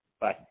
Bye